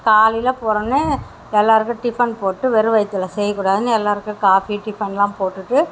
காலையில் போறோன்னு எல்லோருக்கும் டிஃபன் போட்டு வெறும் வயித்தில் செய்ய கூடாதுன்னு எல்லோருக்கும் காஃபி டிஃபன்லாம் போட்டுவிட்டு